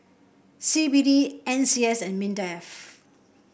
C B D N C S and Mindef